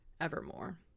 evermore